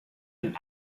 and